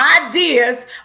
ideas